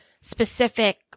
specific